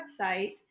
website